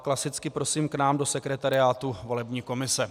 Klasicky prosím k nám do sekretariátu volební komise.